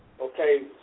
okay